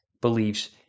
beliefs